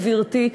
גברתי,